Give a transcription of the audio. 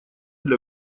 для